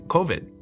Covid